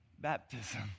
baptism